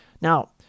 Now